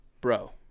bro